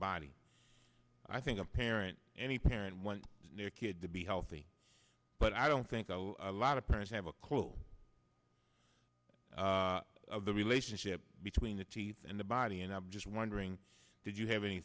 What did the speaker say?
body i think a parent any parent one new kid to be healthy but i don't think a lot of parents have a clue of the relationship between the teeth and the body and i'm just wondering did you have any